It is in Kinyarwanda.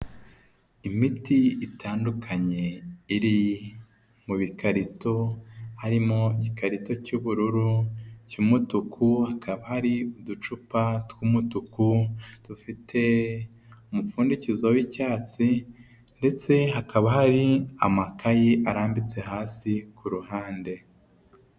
Imiti itandukanye iri mu bikarito harimo igikarito cy'ubururu cy'umutuku hakaba hari uducupa tw'umutuku dufite umupfundikizo w'icyatsi ndetse hakaba hari amakaye arambitse hasi ku ruhande.